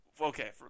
okay